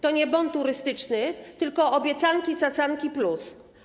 To nie bon turystyczny, tylko obiecanki cacanki+.